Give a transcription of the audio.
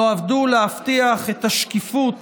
נועדו להבטיח את השקיפות